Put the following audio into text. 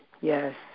Yes